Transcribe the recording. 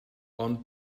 ond